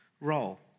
role